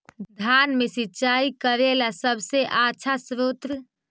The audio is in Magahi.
धान मे सिंचाई करे ला सबसे आछा स्त्रोत्र?